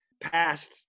passed